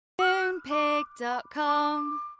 Moonpig.com